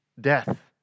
death